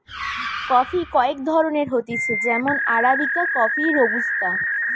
coffee কয়েক ধরণের হতিছে যেমন আরাবিকা কফি, রোবুস্তা